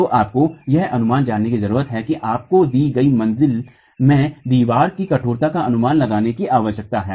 तो आपको एक अनुमान जानने की जरूरत है आपको दी गई मंजिल में दीवारों की कठोरता का अनुमान लगाने की आवश्यकता है